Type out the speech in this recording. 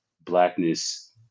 blackness